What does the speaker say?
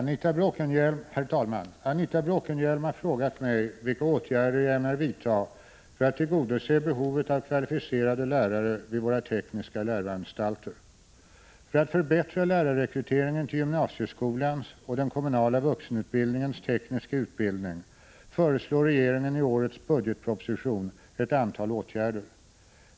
Herr talman! Anita Bråkenhielm har frågat mig vilka åtgärder jag ämnar vidta för att tillgodose behovet av kvalificerade lärare vid våra tekniska läroanstalter. För att förbättra lärarrekryteringen till gymnasieskolans och den kommunala vuxenutbildningens tekniska utbildning föreslår regeringen i årets budgetproposition ett antal åtgärder.